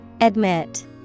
Admit